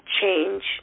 change